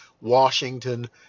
washington